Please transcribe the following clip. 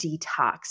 detox